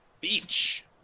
Beach